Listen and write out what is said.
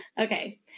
Okay